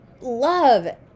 love